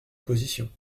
position